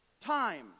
Time